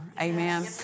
Amen